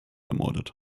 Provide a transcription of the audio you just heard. ermordet